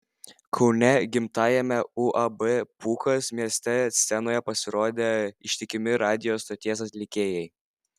kaune gimtajame uab pūkas mieste scenoje pasirodė ištikimi radijo stoties atlikėjai